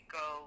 go